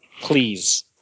please